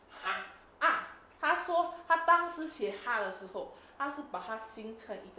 啊他说他当时写他的时候他是把他形成一个